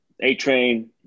A-Train